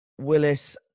Willis